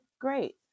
great